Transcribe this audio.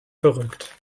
verrückt